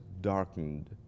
darkened